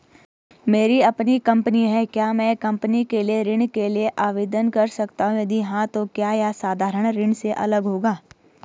मेरी अपनी कंपनी है क्या मैं कंपनी के लिए ऋण के लिए आवेदन कर सकता हूँ यदि हाँ तो क्या यह साधारण ऋण से अलग होगा?